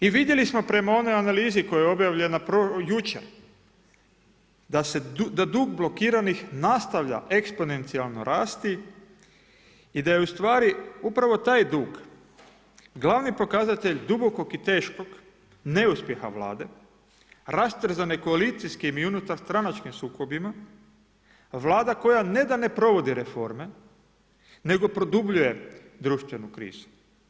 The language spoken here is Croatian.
I vidjeli smo prema onoj analizi koja je objavljena jučer da dug blokiranih nastavlja eksponencijalno rasti i da je u stvari, upravo taj dug glavni pokazatelj dubokog i teškog neuspjeha Vlade, rastrzane koalicijskim i unutarstranačkim sukobima, Vlada koja ne da ne provodi reforme, nego produbljuje društvenu krizu.